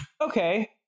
okay